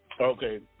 Okay